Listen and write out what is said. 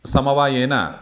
समवायेन